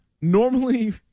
Normally